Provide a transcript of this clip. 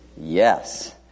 Yes